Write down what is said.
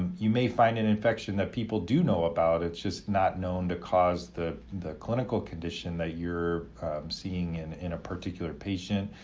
um you may find an infection that people do know about, it's just not known to cause the the clinical condition that you're seeing and in a particular patient.